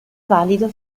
valido